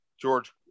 George